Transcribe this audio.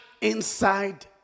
Inside